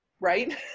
right